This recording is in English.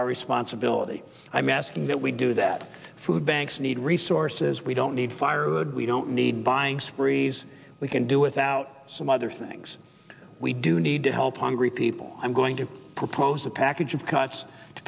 our responsibility i'm asking that we do that food banks need resources we don't need firewood we don't need buying sprees we can do without some other things we do need to help longer people i'm going to propose a package of cuts to